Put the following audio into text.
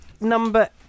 number